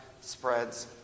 spreads